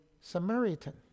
Samaritan